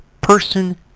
person